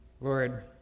Lord